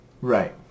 right